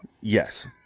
Yes